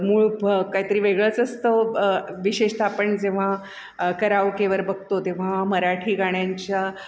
मूळ फ काहीतरी वेगळंच असतं ओ विशेषतः आपण जेव्हा कराओकेवर बघतो तेव्हा मराठी गाण्यांच्या